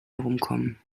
herumkommen